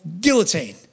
guillotine